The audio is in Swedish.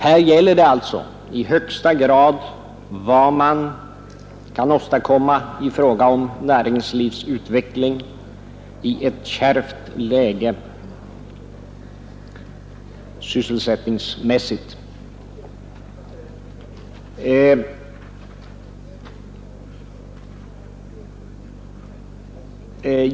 Här är det i högsta grad avgörande vad man kan åstadkomma i fråga om näringslivsutveckling i ett kärvt sysselsättningsläge.